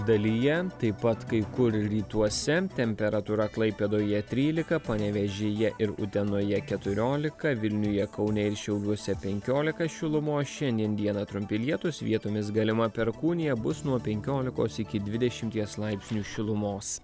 dalyje taip pat kai kur rytuose temperatūra klaipėdoje trylika panevėžyje ir utenoje keturiolika vilniuje kaune ir šiauliuose penkiolika šilumos šiandien dieną trumpi lietūs vietomis galima perkūnija bus nuo penkiolikos iki dvidešimties laipsnių šilumos